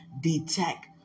detect